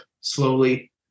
slowly